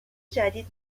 جدید